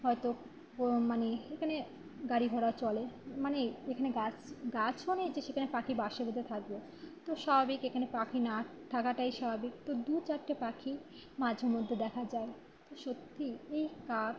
হয়তো মানে এখানে গাড়ি ঘোড়া চলে মানে এখানে গাছ গাছও নেই যে সেখানে পাখি বাসা বেঁধে থাকবে তো স্বাভাবিক এখানে পাখি না থাকাটাই স্বাভাবিক তো দু চারটে পাখি মাঝে মধ্যে দেখা যায় তো সত্যি এই কাক